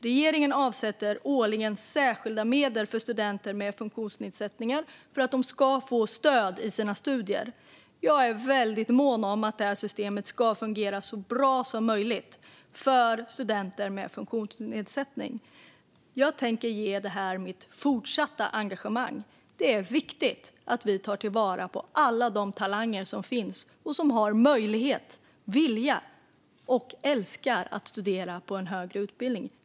Regeringen avsätter årligen särskilda medel för studenter med funktionsnedsättningar för att de ska få stöd i sina studier. Jag är mycket mån om att detta system ska fungera så bra som möjligt för studenter med funktionsnedsättning. Jag tänker ge detta mitt fortsatta engagemang. Det är viktigt att vi tar vara på alla de talanger som finns och som har möjlighet och vilja och som älskar att studera på en högre utbildning.